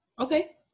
okay